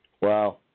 wow